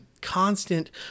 constant